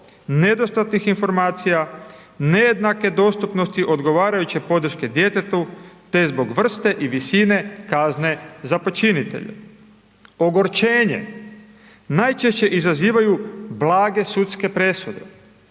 nedostatnih informacija, nejednake dostupnosti odgovarajuće podrške djetetu te zbog vrste i visine kazne za počinitelje. Ogorčenje najčešće izazivaju blage sudske presude,